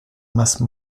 masse